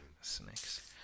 Snakes